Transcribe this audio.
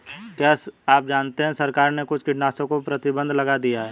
क्या आप जानते है सरकार ने कुछ कीटनाशकों पर प्रतिबंध लगा दिया है?